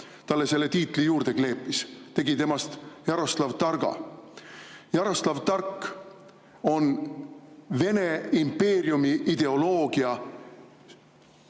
talle selle tiitli juurde kleepis, tegi temast Jaroslav Targa. Jaroslav Tark on Vene impeeriumi ideoloogia